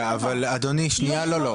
לא.